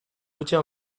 outils